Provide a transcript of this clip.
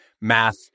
math